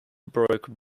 broke